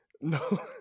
No